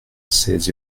ces